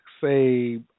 say